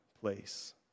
place